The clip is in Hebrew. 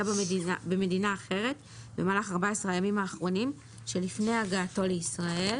במדינה אחרת במהלך 14 הימים האחרונים שלפני הגעתו לישראל,